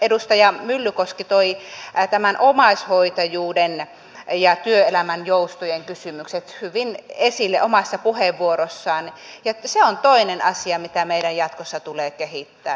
edustaja myllykoski toi nämä omaishoitajuuden ja työelämän joustojen kysymykset hyvin esille omassa puheenvuorossaan ja se on toinen asia mitä meidän jatkossa tulee kehittää